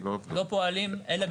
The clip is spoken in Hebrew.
לא פועלים.